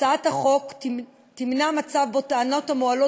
הצעת החוק תמנע מצב שבו טענות המועלות